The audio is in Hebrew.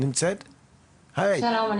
שלום.